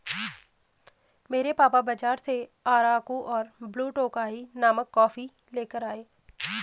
मेरे पापा बाजार से अराकु और ब्लू टोकाई नामक कॉफी लेकर आए